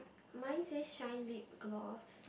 mine say shine lip gloss